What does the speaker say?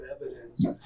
evidence